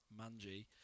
manji